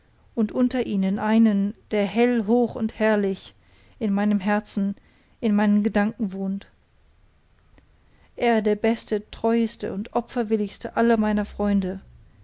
und unter ihnen einen der hell hoch und herrlich in meinem herzen in meinen gedanken wohnt er der beste treueste und opferwilligste aller meiner freunde